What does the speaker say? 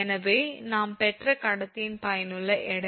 எனவே நாம் பெற்ற கடத்தியின் பயனுள்ள எடை